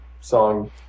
song